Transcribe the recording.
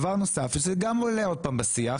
דבר נוסף וגם זה עולה שוב בשיח.